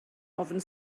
ofn